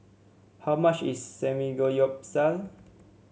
how much is Samgyeopsal